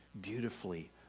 beautifully